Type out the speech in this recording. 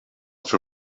für